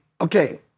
okay